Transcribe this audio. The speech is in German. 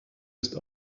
ist